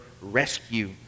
rescue